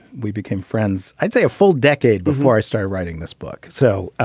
we became friends. i'd say a full decade before i start writing this book. so